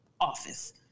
office